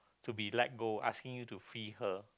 to be let go asking you to free her